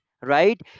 right